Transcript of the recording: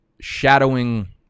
shadowing